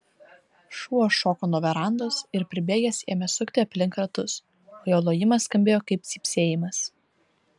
šuo šoko nuo verandos ir pribėgęs ėmė sukti aplink ratus o jo lojimas skambėjo kaip cypsėjimas